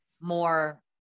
more